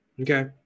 okay